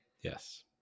Yes